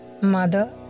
Mother